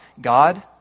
God